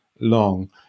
long